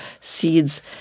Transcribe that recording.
seeds